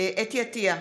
חוה אתי עטייה,